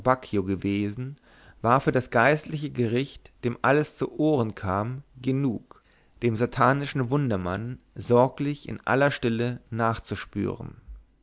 gewesen war für das geistliche gericht dem alles zu ohren kam genug dem satanischen wundermann sorglich in aller stille nachzuspüren